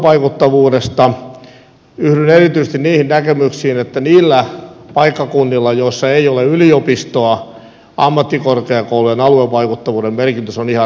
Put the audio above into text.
yhdyn erityisesti niihin näkemyksiin että niillä paikkakunnilla joilla ei ole yliopistoa ammattikorkeakoulujen aluevaikuttavuuden merkitys on ihan ratkaiseva